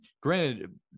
granted